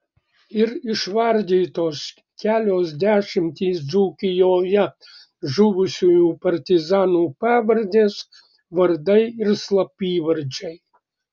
ir išvardytos kelios dešimtys dzūkijoje žuvusiųjų partizanų pavardės vardai ir slapyvardžiai